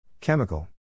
Chemical